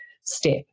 step